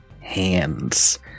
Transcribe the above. hands